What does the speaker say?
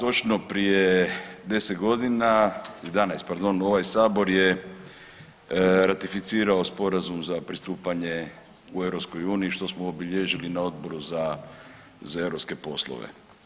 I da, točno prije 10 godina, 11 pardon ovaj Sabor je ratificirao Sporazum za pristupanje u EU što smo obilježili na Odboru za europske poslove.